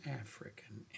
African